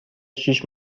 شیش